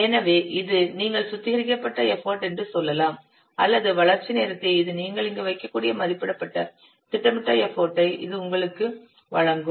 எனவே இது நீங்கள் சுத்திகரிக்கப்பட்ட எஃபர்ட் என்று சொல்லலாம் அல்லது வளர்ச்சி நேரத்தை இது நீங்கள் இங்கு வைக்கக்கூடிய மதிப்பிடப்பட்ட திருத்தப்பட்ட எஃபர்ட் ஐ இது உங்களுக்கு வழங்கும்